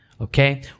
okay